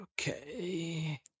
Okay